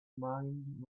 mind